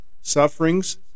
sufferings